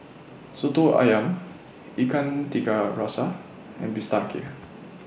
Soto Ayam Ikan Tiga Rasa and Bistake